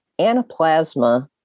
Anaplasma